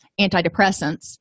antidepressants